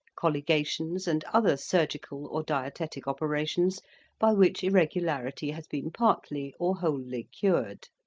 colligations, and other surgical or diaetetic operations by which irregularity has been partly or wholly cured.